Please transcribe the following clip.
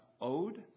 owed